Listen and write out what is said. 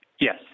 Yes